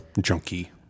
junkie